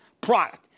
product